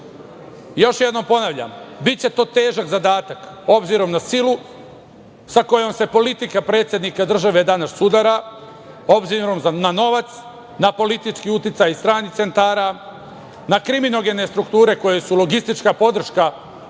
jednom ponavljam – biće to težak zadatak, obzirom na silu sa kojom se politika predsednika države danas sudara, obzirom na novac, na politički uticaj stranih centara, na krimogene strukture koje su logistička podrška